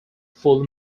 full